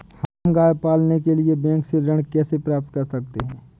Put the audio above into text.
हम गाय पालने के लिए बैंक से ऋण कैसे प्राप्त कर सकते हैं?